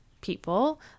people